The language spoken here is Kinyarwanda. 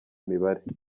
mibare